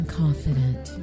confident